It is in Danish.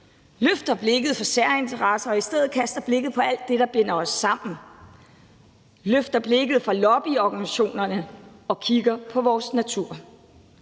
løfter blikket fra særinteresser og i stedet kaster blikket på alt det, der binder os sammen, og løfter blikket fra lobbyorganisationerne og kigger på vores natur.